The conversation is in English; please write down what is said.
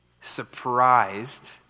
surprised